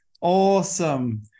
Awesome